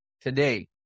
today